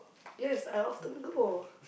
yes I often go